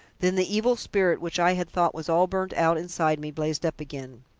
then the evil spirit which i had thought was all burnt out inside me, blazed up again.